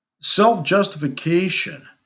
Self-justification